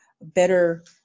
better